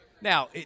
Now